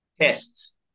tests